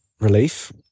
relief